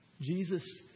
Jesus